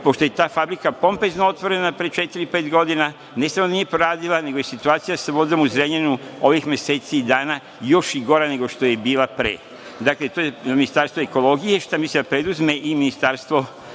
pošto je ta fabrika pompezno otvorena pre četiri, pet godina. Ne samo da nije proradila, nego je situacija sa vodom u Zrenjaninu ovih meseci i dana, još i gora nego što je bila pre. Dakle, to je za Ministarstvo ekologije. Šta misli da preduzme? I Ministarstvo privrede